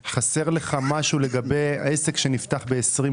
נראה לי שחסר משהו לגבי עסק שנפתח ב-2020.